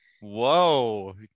whoa